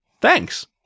Thanks